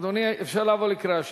אדוני, אפשר לעבור לקריאה שלישית?